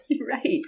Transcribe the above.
Right